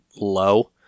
low